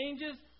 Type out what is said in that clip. changes